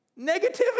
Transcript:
Negativity